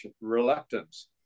reluctance